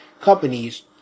companies